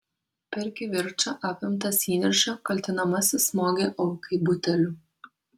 per kivirčą apimtas įniršio kaltinamasis smogė aukai buteliu